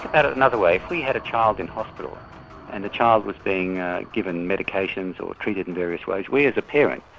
another way, if we had a child in hospital and the child was being given medications or treated in various ways we, as a parent,